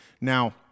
Now